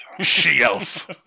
She-Elf